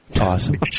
awesome